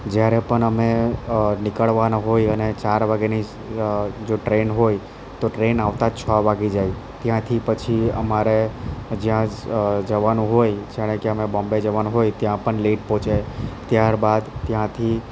જ્યારે પણ અમે નીકળવાના હોય અને ચાર વાગ્યાની જો ટ્રેન હોય તો ટ્રેન આવતા છ વાગી જાય ત્યાંથી પછી અમારે જ્યાં જવાનું હોય જાણે કે અમે બોમ્બે જવાનું હોય ત્યાં પણ લેટ પહોંચાય ત્યારબાદ ત્યાંથી